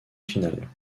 finales